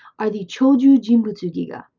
are the choujuu jinbutsu giga,